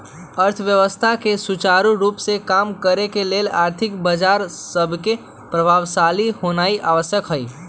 अर्थव्यवस्था के सुचारू रूप से काम करे के लेल आर्थिक बजार सभके प्रभावशाली होनाइ आवश्यक हइ